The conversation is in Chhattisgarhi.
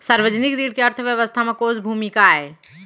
सार्वजनिक ऋण के अर्थव्यवस्था में कोस भूमिका आय?